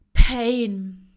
pain